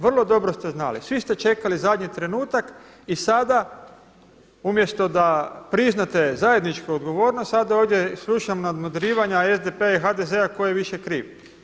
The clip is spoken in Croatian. Vrlo dobro ste znali, svi ste čekali zadnji trenutak i sada umjesto da priznate zajedničku odgovornost sada ovdje slušam nadmudrivanja SDP-a i HDZ-a tko je više kriv.